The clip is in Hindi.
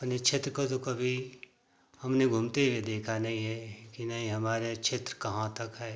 अपने क्षेत्र को तो कभी हमने घूमते हुए देखा नहीं है कि नहीं हमारे क्षेत्र कहाँ तक है